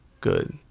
good